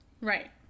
Right